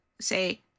say